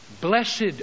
Blessed